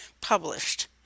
published